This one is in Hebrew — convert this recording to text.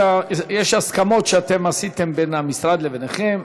יש הסכמות שאתם עשיתם בין המשרד לבינכם.